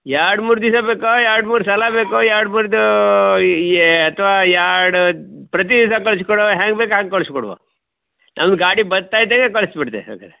ಎರಡು ಮೂರು ದಿವ್ಸ ಬೇಕೋ ಎರಡು ಮೂರು ಸಲ ಬೇಕೋ ಎರಡು ಮೂರು ಅಥವಾ ಎರಡು ಪ್ರತಿ ದಿವ್ಸ ಕಳಿಸ್ಕೊಡುವ ಹ್ಯಾಂಗೆ ಬೇಕು ಹಾಂಗೆ ಕಳಿಸಿ ಕೊಡುವ ನಮ್ಮ ಗಾಡಿ ಬರ್ತ ಇದ್ದಂಗೆ ಕಳ್ಸಿ ಬಿಡ್ತೆ ಸಾವ್ಕಾರ್ರೆ